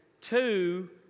Two